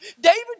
David